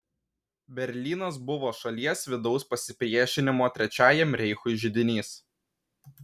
berlynas buvo šalies vidaus pasipriešinimo trečiajam reichui židinys